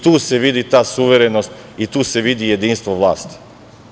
Tu se vidi ta suverenost i tu se vidi jedinstvo vlasti.